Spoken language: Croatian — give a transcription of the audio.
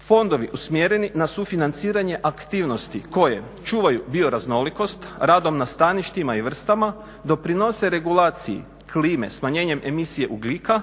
fondovi usmjereni na sufinanciranje aktivnosti koje čuvaju bio raznolikost, radom na staništima i vrstama, doprinose regulaciji klime smanjenjem emisije ugljika,